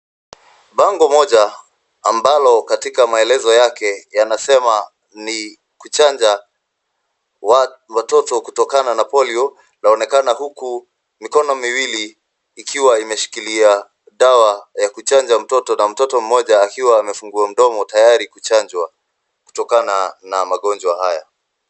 Bango moja ambalo katika maelezo yake yanasema ni kuchanja watoto kutokana na polio, laonekana huku mikono miwili ikiwa imeshikilia dawa ya kuchanja mtoto na mmoja akiwa amefungua mdomo tayari kuchanjwa kutokana na magonjwa haya.